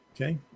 Okay